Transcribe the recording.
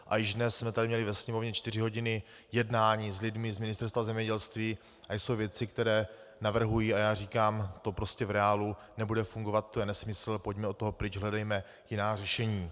A již dnes jsme tady měli ve Sněmovně čtyři hodiny jednání s lidmi z Ministerstva zemědělství a jsou věci, které navrhují, a já říkám to prostě v reálu nebude fungovat, to je nesmysl, pojďme od toho pryč, hledejme jiná řešení.